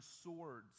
swords